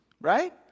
right